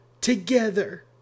Together